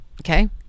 okay